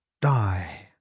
die